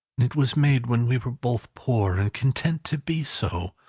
it was made when we were both poor and content to be so,